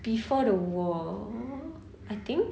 before the war I think